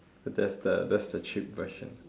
that's the that's the cheap version